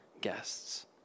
guests